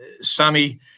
Sammy